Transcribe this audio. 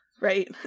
right